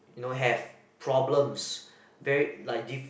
you know have problems very like